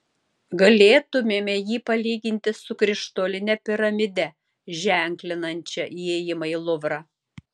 galėtumėme jį palyginti su krištoline piramide ženklinančia įėjimą į luvrą